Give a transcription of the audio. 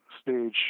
stage